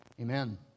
Amen